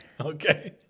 Okay